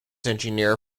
engineer